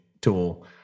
tool